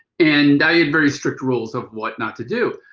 and i have very strict rules of what not to do.